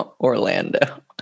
Orlando